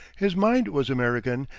his mind was american,